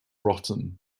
rotten